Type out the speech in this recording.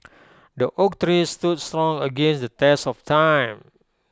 the oak tree stood strong against the test of time